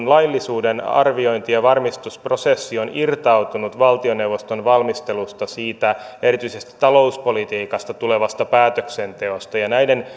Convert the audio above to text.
laillisuuden arviointi ja varmistusprosessi on irtautunut valtioneuvoston valmistelusta erityisesti talouspolitiikasta tulevasta päätöksenteosta näiden